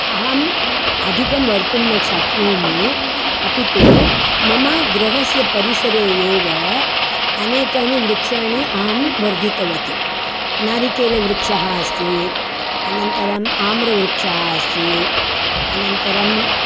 अहम् अधिकं वक्तुं न शक्नोमि अपि तु मम गृहस्य परिसरे एव अनेकानि वृक्षाणिअहं वर्धितवती नारिकेलवृक्षः अस्ति अनन्तरम् आम्रवृक्षः अस्ति अनन्तरम्